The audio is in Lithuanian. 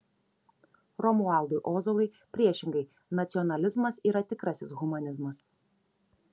romualdui ozolui priešingai nacionalizmas yra tikrasis humanizmas